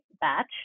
batch